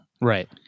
Right